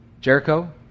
Jericho